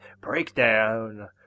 breakdown